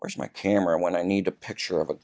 where's my camera when i need a picture of a